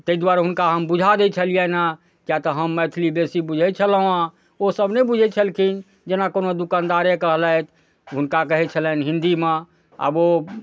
ताहि दुआरे हुनका हम बुझा दै छलिअनि हँ किएक तऽ हम मैथिली बेसी बुझै छलहुँ ओसभ नहि बुझै छलखिन जेना कोनो दुकनदारे कहलथि हुनका कहै छलनि हिन्दीमे आब ओ